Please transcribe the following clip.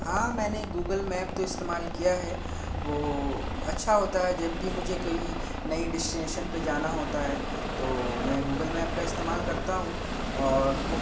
ہاں میں نے گوگل میپ تو استعمال کیا ہے وہ اچھا ہوتا ہے جب بھی مجھے کوٮٔی نئی ڈسٹینیشن پہ جانا ہوتا ہے تو میں گوگل میپ کا استعمال کرتا ہوں اور وہ